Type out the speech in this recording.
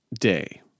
day